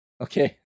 okay